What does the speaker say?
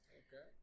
okay